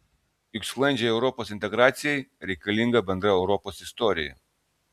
juk sklandžiai europos integracijai reikalinga bendra europos istorija